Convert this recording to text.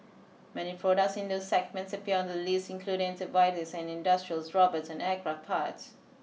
many products in those segments appear on the list including antibiotics and industrials robots and aircraft parts